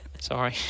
Sorry